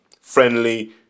Friendly